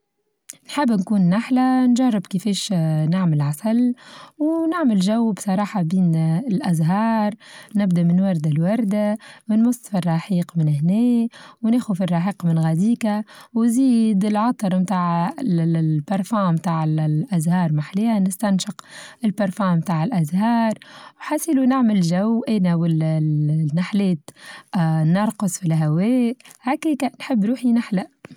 حابة نكون نحلة نجرب كيفاش آآ نعمل عسل ونعمل جو بصراحة بين الأزهار نبدأ من وردة لوردة ونمص في الرحيق من هنا وناخذ في الرحيق من غاديكا وزيد العطر بتاع ال-البرفان بتاع الأزهار ما حليها نستنشق البرفان تاع الأزهار حسيل نعمل چو أنا والنحلات نرقص في الهواء هكاكا نحب روحي نحلة.